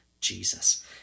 Jesus